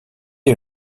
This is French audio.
est